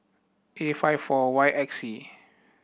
A five four Y X C